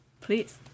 please